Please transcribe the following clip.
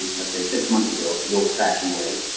let's say six months ago the old-fashioned way,